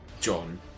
John